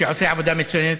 שעושה עבודה מצוינת,